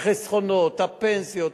החסכונות, הפנסיות,